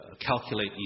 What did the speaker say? calculate